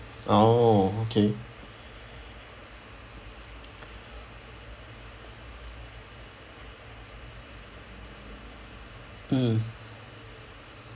ah oh okay mm